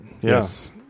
Yes